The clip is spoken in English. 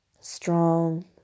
strong